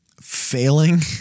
failing